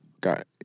got